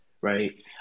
right